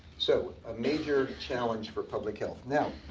so a major challenge for public health. now,